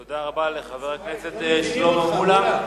תודה רבה לחבר הכנסת שלמה מולה.